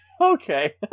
Okay